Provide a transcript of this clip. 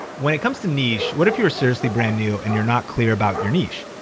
when it comes to niche, what if you are seriously brand new and you're not clear about your niche?